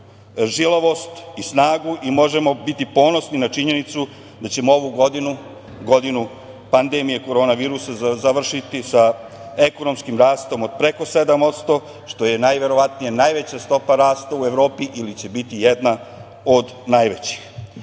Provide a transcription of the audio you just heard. žilavost i snagu i možemo biti ponosni na činjenicu da ćemo ovu godinu, godinu pandemije korona virusa, završiti sa ekonomskim rastom od preko 7% što je najverovatnije najveća stopa rasta u Evropi ili će biti jedna od najvećih. Taj